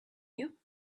you